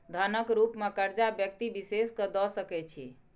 धनक रुप मे करजा व्यक्ति विशेष केँ द सकै छी